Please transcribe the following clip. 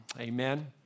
Amen